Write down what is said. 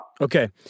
Okay